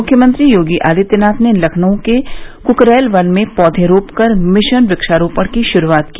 मुख्यमंत्री योगी आदित्यनाथ ने लखनऊ के क्करेल वन में पौधे रोपकर मिशन वक्षारोपण की शुरूआत की